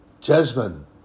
Jasmine